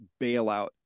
bailout